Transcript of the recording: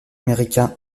américain